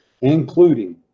including